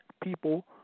people